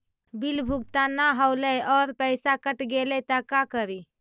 Bill भुगतान न हौले हे और पैसा कट गेलै त का करि?